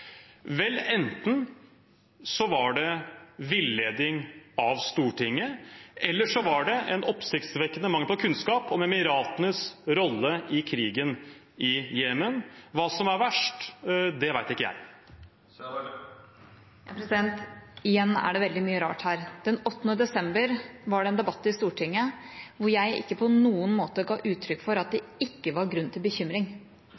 Vel, enten var det villedning av Stortinget eller en oppsiktsvekkende mangel på kunnskap om Emiratenes rolle i krigen i Jemen. Hva som er verst, vet ikke jeg. Igjen er det veldig mye rart her. Den 8. desember var det en debatt i Stortinget hvor jeg ikke på noen måte ga uttrykk for at det ikke var grunn til bekymring.